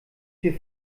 wir